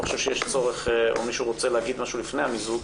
מישהו רוצה להגיד משהו לפני המיזוג?